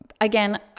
again